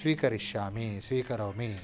स्वीकरिष्यामि स्वीकरोमि